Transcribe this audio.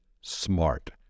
SMART